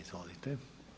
Izvolite.